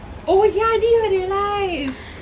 oh ya I didn't even realise